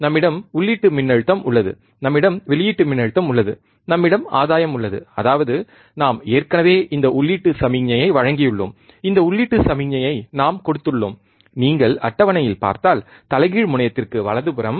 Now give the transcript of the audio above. நம்மிடம் உள்ளீட்டு மின்னழுத்தம் உள்ளது நம்மிடம் வெளியீட்டு மின்னழுத்தம் உள்ளது நம்மிடம் ஆதாயம் உள்ளது அதாவது நாம் ஏற்கனவே இந்த உள்ளீட்டு சமிக்ஞையை வழங்கியுள்ளோம் இந்த உள்ளீட்டு சமிக்ஞையை நாம் கொடுத்துள்ளோம் நீங்கள் அட்டவணையில் பார்த்தால் தலைகீழ் முனையத்திற்கு வலதுபுறம்